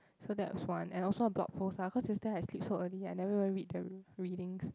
so that's one and also a blog post lah cause yesterday I sleep so early I never even read the readings